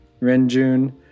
Renjun